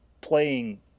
playing